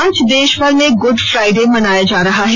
आज देशभर में गुड फ्राइडे मनाया जा रहा है